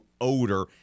odor